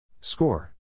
Score